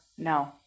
No